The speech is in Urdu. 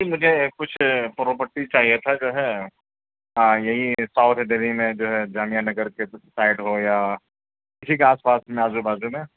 جی مجھے کچھ پروپرٹی چاہیے تھا جو ہے ہاں یہیں ساؤتھ دہلی میں جو ہے جامعہ نگر کے سائڈ ہو یا ٹیھک آس پاس میں آزو بازو میں